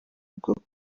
bwo